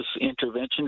Intervention